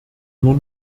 nur